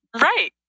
Right